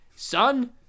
Son